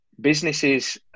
businesses